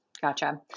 Gotcha